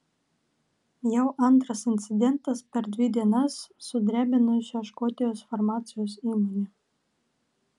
jau antras incidentas per dvi dienas sudrebino šią škotijos farmacijos įmonę